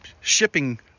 shipping